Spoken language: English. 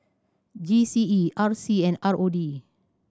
G C E R C and R O D